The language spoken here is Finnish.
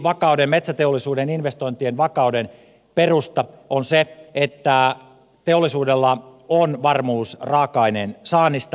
yksi metsäteollisuuden investointien vakauden perusta on se että teollisuudella on varmuus raaka aineen saannista